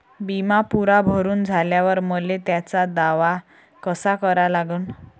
बिमा पुरा भरून झाल्यावर मले त्याचा दावा कसा करा लागन?